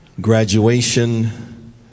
graduation